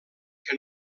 que